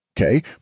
okay